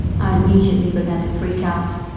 i immediately began to freak out.